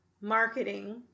marketing